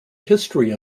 history